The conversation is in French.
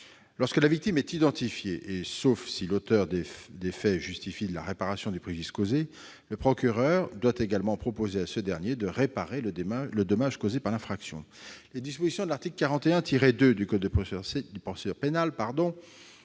Lorsque la victime est identifiée, et sauf si l'auteur des faits justifie de la réparation du préjudice causé, le procureur de la République doit également proposer à ce dernier de réparer le dommage causé par l'infraction. Les dispositions de l'article 41-2 du code de procédure pénale